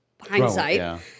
hindsight